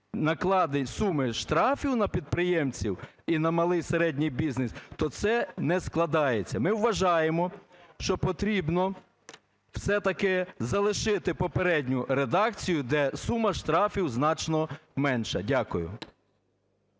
накладень суми штрафів на підприємців і на малий (середній) бізнес, то це не складається. Ми вважаємо, що потрібно все-таки залишити попередню редакцію, де сума штрафів значно менша. Дякую.